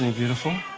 ah beautiful?